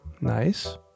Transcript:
Nice